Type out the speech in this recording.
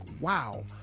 wow